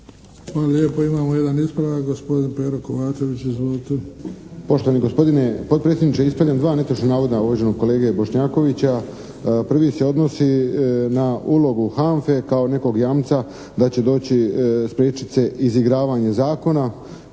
lijepo. Imamo jedan ispravak. Gospodin Pero Kovačević. Izvolite. **Kovačević, Pero (HSP)** Poštovani gospodine potpredsjedniče. Ispravljam dva netočna navoda uvaženog kolege Bošnjakovića. Prvi se odnosi na ulogu HANFA-e kao nekog jamca da će doći, spriječiti se izigravanje zakona.